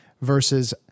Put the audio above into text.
versus